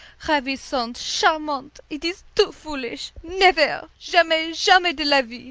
ravissant, charmant it is too foolish. nevair! jamais, jamais de la vie!